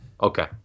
Okay